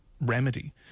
remedy